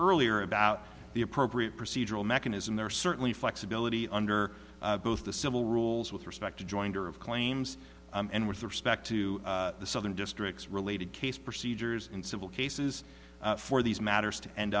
earlier about the appropriate procedural mechanism there certainly flexibility under both the civil rules with respect to jointer of claims and with respect to the southern districts related case procedures in civil cases for these matters to end